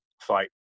fight